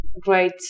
great